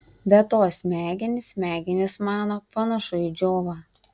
be to smegenys smegenys mano panašu į džiovą